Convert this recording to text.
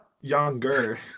Younger